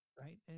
Right